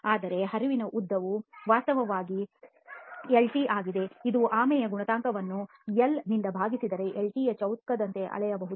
ಆದರೆ ಹರಿವಿನ ಉದ್ದವು ವಾಸ್ತವವಾಗಿ ಲೆಫ್ಟಿLt ಆಗಿದೆ ಮತ್ತು ಈ ಆಮೆಯ ಗುಣಾಂಕವನ್ನು ಎಲ್ ನಿಂದ ಭಾಗಿಸಿದಾಗ ಲೆಫ್ಟಿ Lt ನ ಚೌಕದಂತೆ ಅಳೆಯಬಹುದು